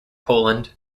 poland